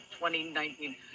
2019